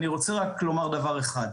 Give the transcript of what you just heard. אני רוצה רק לומר דבר אחד,